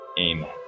amen